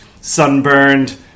sunburned